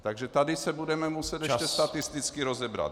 Takže tady se budeme muset ještě statisticky rozebrat.